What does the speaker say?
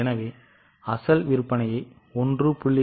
எனவே அசல் விற்பனையை 1